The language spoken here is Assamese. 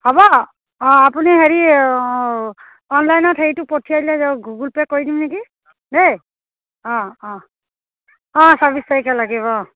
হ'ব অঁ আপুনি হেৰি অনলাইনত হেৰিটো পঠিয়াই দিলে গুগুল পে' কৰি দিম নেকি দেই অঁ অঁ অঁ ছাব্বিছ তাৰিখে লাগিব অঁ